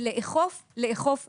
ולאכוף לאכוף ולאכוף.